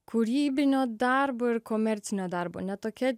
kūrybinio darbo ir komercinio darbo ne tokia